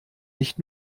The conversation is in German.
nicht